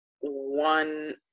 one